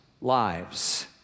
lives